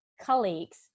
colleagues